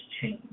change